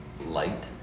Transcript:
light